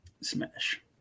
Smash